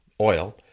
oil